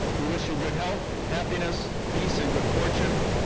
we wish you good health, happiness, peace and good fortune,